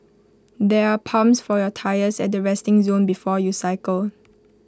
there are pumps for your tyres at the resting zone before you cycle